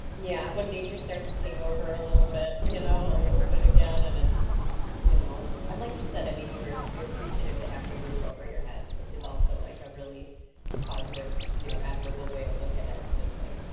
yeah, when nature starts to take over a little bit, you know a little bit again, and it's you know, and like you said, i mean you were appreciative to have the roof over your head, which is also like a really positive, you know admirable way to look at it that it's like,